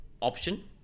option